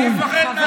אתם מפחדים?